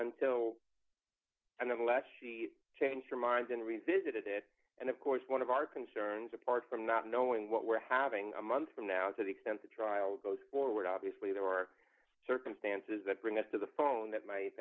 until unless she changed her mind and revisit it and of course one of our concerns apart from not knowing what we're having a month from now to the extent the trial goes forward obviously there are circumstances that bring us to the phone that might